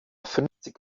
fünfzig